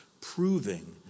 proving